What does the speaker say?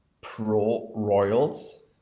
pro-royals